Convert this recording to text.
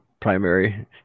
primary